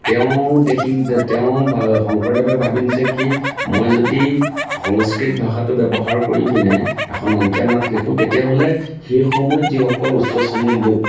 তেওঁ দেখিলে যে তেওঁ শংকৰদেৱে ভাবিলে যে কি মই যদি সংস্কৃত ভাষাটো ব্যৱহাৰ কৰি পিনে এখন অংকীয়া নাট লিখোঁ তেতিয়াহ'লে সেই সময়ত যিসকল উচ্চ শ্ৰেণীৰ লোক